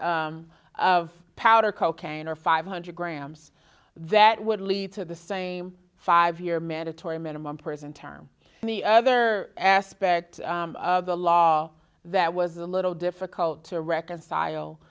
of powder cocaine or five hundred grams that would lead to the same five year mandatory minimum prison term and the other aspect of the law that was a little difficult to reconcile